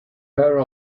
her